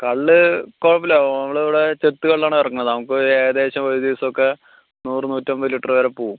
കള്ള് കുഴപ്പമില്ല നമ്മളിവിടെ ചെത്ത് കള്ളാണ് ഇറങ്ങണത് നമുക്ക് ഏകദേശം ഒരു ദിവസമൊക്കെ നൂറ് നൂറ്റമ്പത് ലിറ്ററ് വരെ പോവും